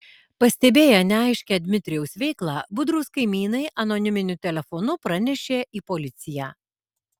pastebėję neaiškią dmitrijaus veiklą budrūs kaimynai anoniminiu telefonu pranešė į policiją